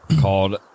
called